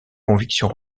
conviction